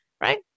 right